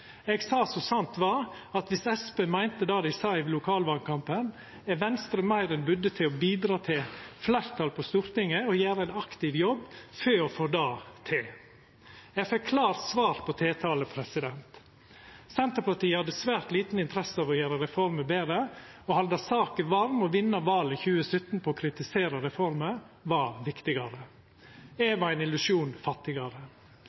Eg sa som sant var, at dersom Senterpartiet meinte det dei sa i lokalvalkampen, var Venstre meir enn budde til å bidra til fleirtal på Stortinget og gjera ein aktiv jobb for å få det til. Eg fekk klart svar på tiltale: Senterpartiet hadde svært lita interesse av å gjera reforma betre. Å halda saka varm og vinna valet i 2017 på å kritisera reforma var viktigare. Eg var ein illusjon fattigare,